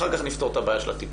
אחר כך נפתור את הבעיה של הטיפול.